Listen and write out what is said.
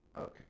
okay